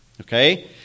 Okay